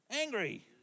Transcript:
angry